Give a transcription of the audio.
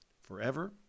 forever